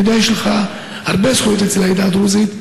אני יודע שיש לך הרבה זכויות אצל העדה הדרוזית,